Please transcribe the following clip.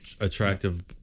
attractive